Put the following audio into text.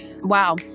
wow